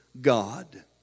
God